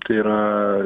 tai yra